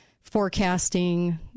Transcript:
forecasting